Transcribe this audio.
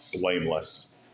blameless